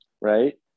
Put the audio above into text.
right